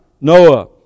Noah